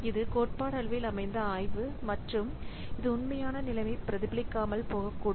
இது கோட்பாட்டளவில் அமைந்த ஆய்வு மற்றும் இது உண்மையான நிலையை பிரதிபலிக்காமல் போகக்கூடும்